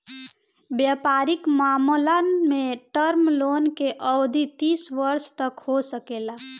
वयपारिक मामलन में टर्म लोन के अवधि तीस वर्ष तक हो सकेला